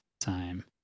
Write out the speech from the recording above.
time